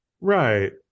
right